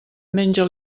menja